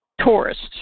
tourists